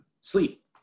sleep